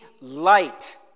light